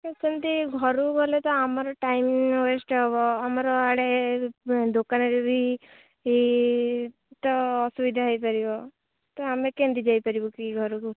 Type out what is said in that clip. ସେମିତି ଘରକୁ ଗଲେ ତ ଆମର ଟାଇମ୍ ୱେଷ୍ଟ ହେବ ଆମର ଆଡ଼େ ଦୋକାନରେ ବି ତ ଅସୁବିଧା ହେଇପାରିବ ତ ଆମେ କେମିତି ଯାଇପାରିବୁ କି ଘରକୁ